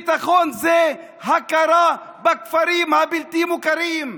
ביטחון זה הכרה בכפרים הבלתי-מוכרים.